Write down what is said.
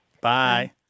Bye